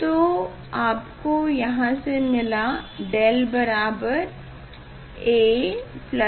तो आपको यहाँ से मिला डेल बराबर ab2abS2